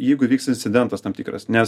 jeigu įvyks incidentas tam tikras nes